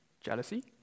Jealousy